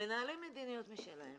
מנהלים מדיניות משלהם